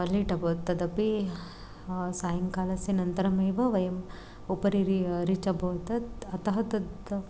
लेट् अभवत् तदपि सायङ्कालस्य अनन्तरमेव वयम् उपरि रि रीच् अभवत् अतः तत्